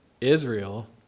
Israel